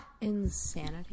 Insanity